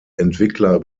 entwickler